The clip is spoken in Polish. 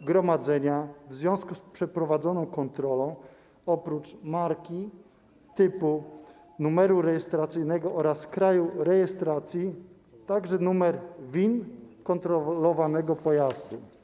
gromadzenia w związku z przeprowadzoną kontrolą oprócz marki, typu, numeru rejestracyjnego oraz kraju rejestracji także numeru VIN kontrolowanego pojazdu.